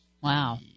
Wow